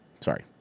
sorry